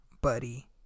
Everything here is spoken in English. Buddy